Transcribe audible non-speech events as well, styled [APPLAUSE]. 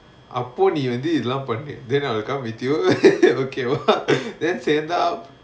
அப்போ நீ வந்து இதலா பண்ணு:appo nee vanthu ithala pannu then I'll come with you [LAUGHS] okay then train up